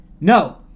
No